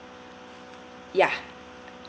ya